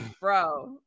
bro